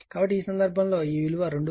కాబట్టి ఈ సందర్భంలో ఈ విలువ 2